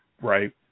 Right